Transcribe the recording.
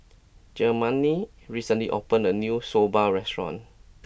Germaine recently opened a new Soba restaurant